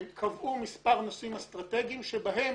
הם קבעו מספר נושאים אסטרטגיים שבהם